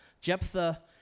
Jephthah